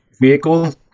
vehicle